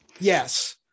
yes